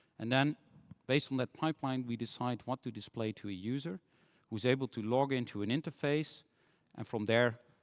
and then based on that pipeline, we decide what to display to a user who is able to log into an interface and from there,